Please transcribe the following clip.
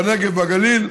בנגב ובגליל,